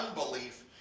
unbelief